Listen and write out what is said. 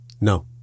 No